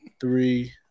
Three